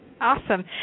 Awesome